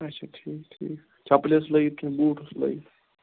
اچھا ٹھیٖک ٹھیٖک چَپل ٲسۍ سہٕ لٲگِتھ کنہ بوٗٹھ اوسُس لٲگِتھ